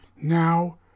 now